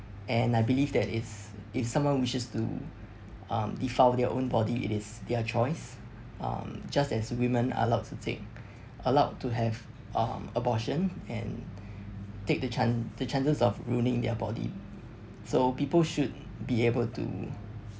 and I believe that it's if someone wishes to um defile of their own body it is their choice um just as women allowed to take allowed to have um abortion and take the chan~ the chances of ruining their body so people should be able to